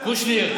קושניר,